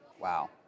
Wow